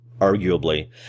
arguably